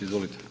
Izvolite.